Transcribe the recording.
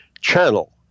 channel